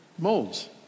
Molds